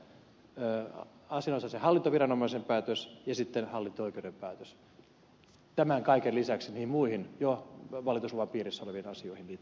asianosaisen hallintoviranomaisen päätös ja hallinto oikeuden päätös tämän kaiken lisäksi niihin muihin jo valitusluvan piirissä oleviin asioihin liittyen